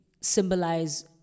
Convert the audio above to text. symbolize